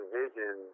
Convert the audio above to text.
vision